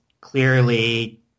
clearly